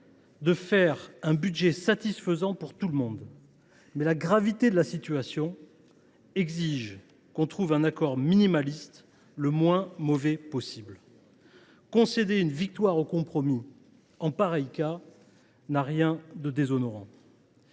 de construire un budget satisfaisant pour tout le monde, mais la gravité de la situation exige que nous trouvions un accord minimaliste, le moins mauvais possible. Concéder une victoire au compromis, en pareil cas, n’a rien de déshonorant.